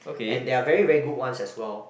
and there are very very good ones as well